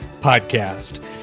Podcast